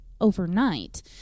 overnight